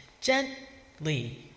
Gently